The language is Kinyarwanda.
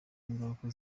ingaruka